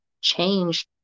change